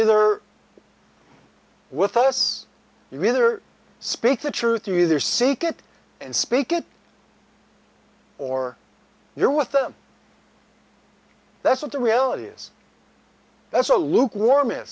either with us you either speak the truth you either seek it and speak it or you're with them that's what the reality is that's a lukewarm i